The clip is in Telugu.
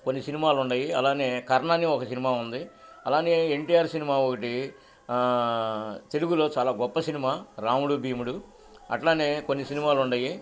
కొన్ని సినిమాలు ఉండయి అలానే కర్ణ అనీ ఒక సినిమా ఉంది అలానే ఎన్టిఆర్ సినిమా ఒకటి తెలుగులో చాలా గొప్ప సినిమా రాముడు భీముడు అట్లానే కొన్ని సినిమాలు ఉండయి